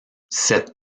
cette